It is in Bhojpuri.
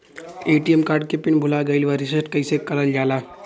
ए.टी.एम कार्ड के पिन भूला गइल बा रीसेट कईसे करल जाला?